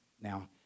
now